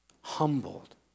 humbled